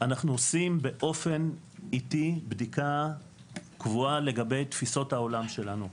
אנחנו עושים באופן איטי בדיקה קבועה לגבי תפיסות העולם שלנו.